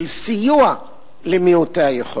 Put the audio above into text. של סיוע למעוטי היכולת.